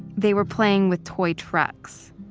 they were playing with toy trucks,